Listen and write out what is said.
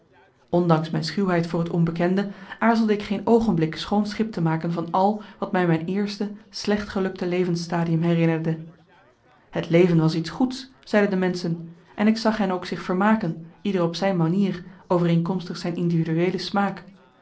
ondanks mijn schuwheid voor het onbekende aarzelde ik geen oogenblik schoonschip te maken van al wat mij mijn eerste slecht gelukte levens stadium herinnerde het leven was iets goeds zeiden de menschen en ik zag hen ook zich vermaken ieder op zijn manier overeenkomstig zijn individueele smaak